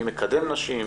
מי מקדם נשים,